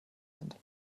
sind